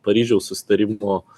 paryžiaus susitarimo